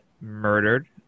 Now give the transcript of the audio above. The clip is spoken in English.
murdered